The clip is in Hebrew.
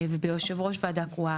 ביושב ראש ועדה קרואה.